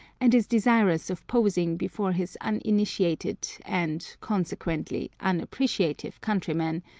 and is desirous of posing before his uninitiated and, consequently, unappreciative, countrymen,